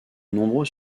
nombreux